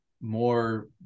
more